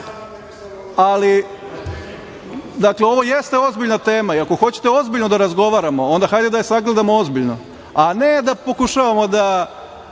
pravim društvo. Ovo jeste ozbiljna tema i ako hoćete ozbiljno da razgovaramo, onda hajde da je sagledamo ozbiljno, a ne da pokušavamo da